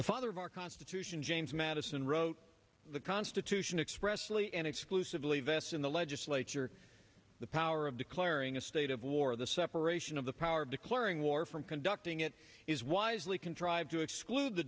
the father of our constitution james madison wrote the constitution expressly and exclusively vests in the legislature the power of declaring a state of war the separation of the power of declaring war from conducting it is wisely contrived to exclude the